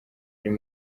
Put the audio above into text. uyu